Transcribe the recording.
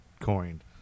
coined